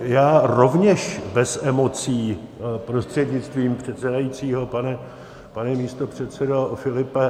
Já rovněž bez emocí prostřednictvím předsedajícího, pane místopředsedo Filipe.